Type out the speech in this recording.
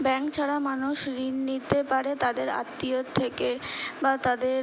bank ছাড়া মানুষ ঋণ নিতে পারে তাদের আত্মীয়ের থেকে বা তাদের